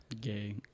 Gay